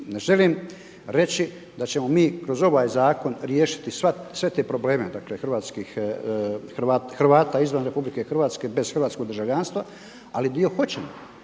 želim reći da ćemo mi kroz ovaj zakon riješiti sve te probleme dakle hrvatskih, Hrvata izvan RH bez hrvatskog državljanstva ali dio hoćemo,